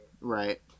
Right